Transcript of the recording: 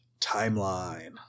timeline